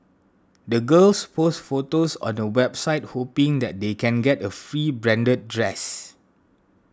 the girls posts photos on a website hoping that they can get a free branded dress